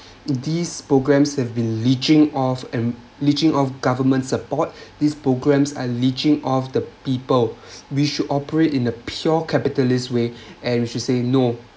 these programmes have been leeching off and leeching off government support these programs and leeching off the people we should operate in a pure capitalist way and we should say no